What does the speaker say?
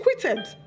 quitted